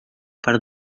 per